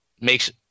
makes